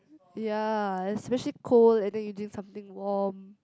ya especially cold and then you drink something warm